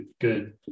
good